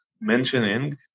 mentioning